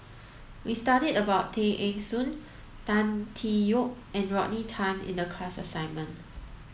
we studied about Tay Eng Soon Tan Tee Yoke and Rodney Tan in the class assignment